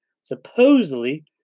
Supposedly